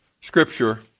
scripture